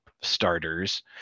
starters